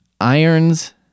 irons